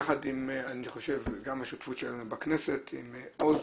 יחד עם השותפות שלנו בכנסת, עם עוז,